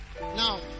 Now